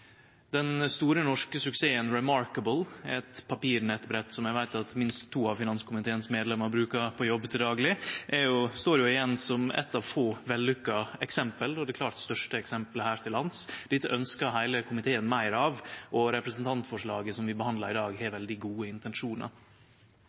Den store norske suksessen reMarkable, eit papirnettbrett som eg veit at minst to av finanskomiteens medlemer bruker på jobb til dagleg, står igjen som eitt av få vellykka eksempel, og det klart største eksemplet, her til lands. Dette ønskjer heile komiteen meir av, og representantforslaget som vi behandlar i dag, har